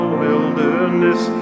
wilderness